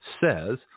Says